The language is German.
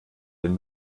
den